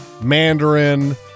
Mandarin